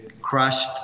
crushed